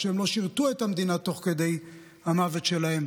או שהם לא שירתו את המדינה תוך כדי המוות שלהם,